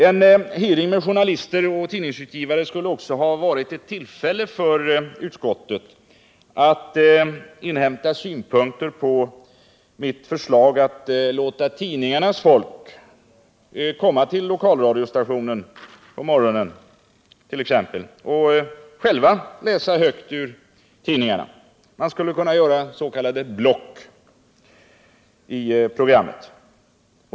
En hearing med journalister och tidningsutgivare skulle också ha varit ett tillfälle för utskottet att inhämta synpunkter på mitt förslag att låta tidningarnas medarbetare komma till lokalradiostationen, på morgonen t.ex., och själva läsa högt ur sina tidningar. Man skulle kunna göra s.k. block i programmet.